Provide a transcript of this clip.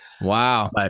Wow